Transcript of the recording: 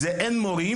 הן שאין מורים,